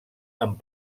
amb